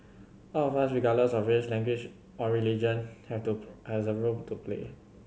all of us regardless of race language or religion have to as a role to play